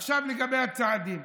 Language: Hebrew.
עכשיו לגבי הצעדים.